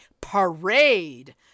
parade